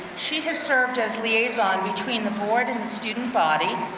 she has served as liaison between the board and the student body.